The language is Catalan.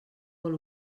vol